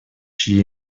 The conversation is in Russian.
чьи